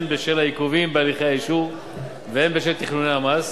הן בשל העיכובים בהליכי האישור והן בשל תכנוני המס,